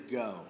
go